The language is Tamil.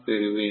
பெறுவேன்